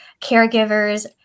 caregivers